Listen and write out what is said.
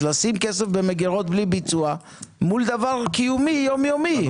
אז לשים כסף במגירות בלי ביצוע מול דבר קיומי יום יומי.